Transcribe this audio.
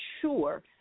sure